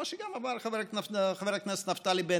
כמו שגם אמר חבר הכנסת נפתלי בנט,